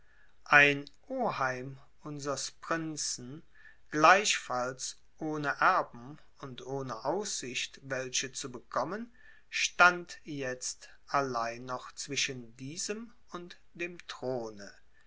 ein oheim unsers prinzen gleichfalls ohne erben und ohne aussicht welche zu bekommen stand jetzt allein noch zwischen diesem und dem throne